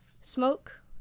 Smoke